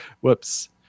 whoops